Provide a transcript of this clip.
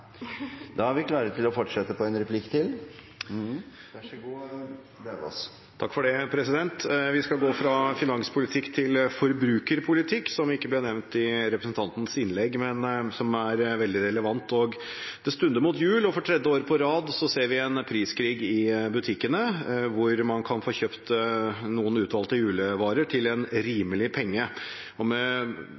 da representanten Kjersti Toppe refererte til Senterpartiets forslag, tok hun det også opp? Ja takk. Representanten Kjersti Toppe har tatt opp det forslaget hun refererte til. Vi skal gå fra finanspolitikk til forbrukerpolitikk, som ikke ble nevnt i representantens innlegg, men som er veldig relevant. Det stunder mot jul, og for tredje år på rad ser vi en priskrig i butikkene, der man kan få kjøpt noen utvalgte julevarer til en rimelig penge. Hvis vi sammenligner med